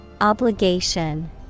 Obligation